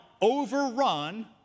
overrun